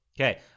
Okay